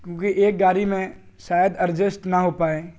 کیوںکہ ایک گاڑی میں شاید ارجسٹ نہ ہو پائیں